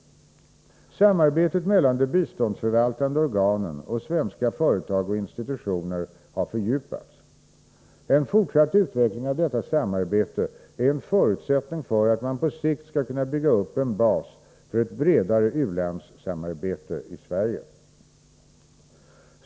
Samarbetet mellan de biståndsförvaltande organen och svenska företag och institutioner har fördjupats. En fortsatt utveckling av detta samarbete är en förutsättning för att man på sikt skall kunna bygga upp en bas för ett bredare u-landssamarbete i Sverige.